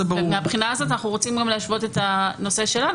ומהבחינה הזאת אנחנו רוצים גם להשוות את הנושא שלנו,